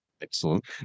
Excellent